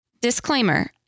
Disclaimer